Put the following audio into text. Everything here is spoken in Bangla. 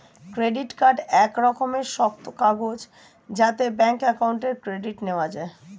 ক্রেডিট কার্ড এক রকমের শক্ত কাগজ যাতে ব্যাঙ্ক অ্যাকাউন্ট ক্রেডিট নেওয়া যায়